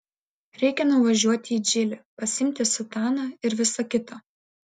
reikia nuvažiuoti į džilį pasiimti sutaną ir visa kita